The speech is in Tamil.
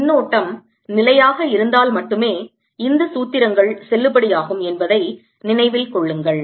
மின்னோட்டம் நிலையாக இருந்தால் மட்டுமே இந்த சூத்திரங்கள் செல்லுபடியாகும் என்பதை நினைவில் கொள்ளுங்கள்